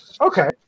Okay